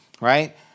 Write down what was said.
right